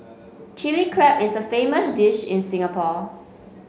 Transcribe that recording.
Chilli Crab is a famous dish in Singapore